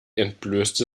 entblößte